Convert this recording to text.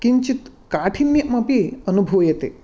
किंचित् काठिन्यमपि अनुभूयते